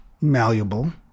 malleable